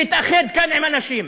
להתאחד כאן עם אנשים,